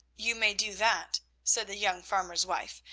you may do that, said the young farmer's wife,